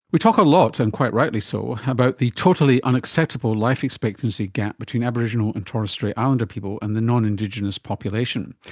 we talk a lot, and quite rightly so, about the totally unacceptable life expectancy gap between aboriginal and torres strait islander people and the non-indigenous population.